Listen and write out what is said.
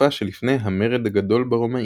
מהתקופה שלפני המרד הגדול ברומאים.